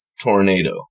tornado